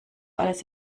alles